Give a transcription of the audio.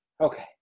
Okay